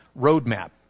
roadmap